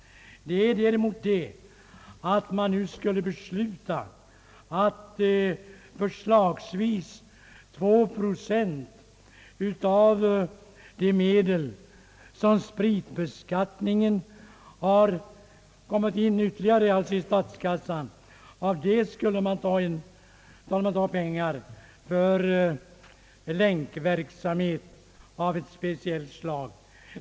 Det nya är, att an nu skulle besluta att av de ytterl gare medel, som genom spritbeskattnin en kommer in till statskassan, skulle an förslagsvis ta 2 procent till länkv rksamhet av ett speciellt slag.